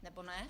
Nebo ne?